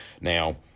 Now